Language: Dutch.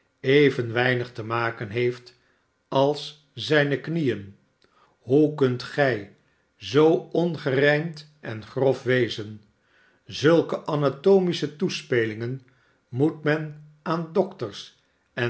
even weinig te maken heeft als zijne knieenf hoe kunt gij zoo ongerijmd en grof wezen zulke anatomische toespelingen moet men aan dokters en